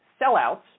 sellouts